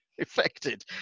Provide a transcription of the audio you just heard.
affected